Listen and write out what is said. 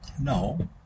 No